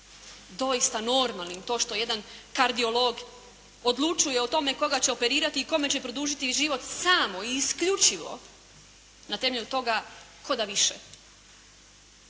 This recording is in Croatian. doista normalnim to što jedan kardiolog odlučuje o tome koga će operirati i kome će produžiti život samo i isključivo na temelju toga tko da više.